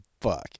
fuck